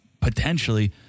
potentially